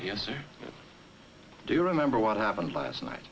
answered do you remember what happened last night